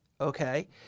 okay